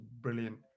brilliant